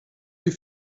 die